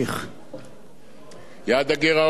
יעד הגירעון היה אמור להיות 1.5%,